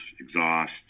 exhaust